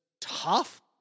tough